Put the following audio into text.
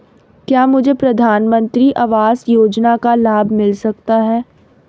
क्या मुझे प्रधानमंत्री आवास योजना का लाभ मिल सकता है?